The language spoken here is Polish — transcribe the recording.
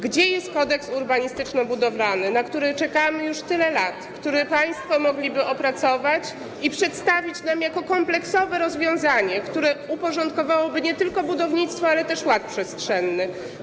Gdzie jest kodeks urbanistyczno-budowlany, na który czekamy już tyle lat, który państwo mogliby opracować i przedstawić nam jako kompleksowe rozwiązanie, które uporządkowałoby nie tylko budownictwo, ale też ład przestrzenny?